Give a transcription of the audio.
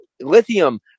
Lithium